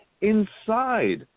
inside